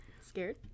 scared